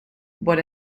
what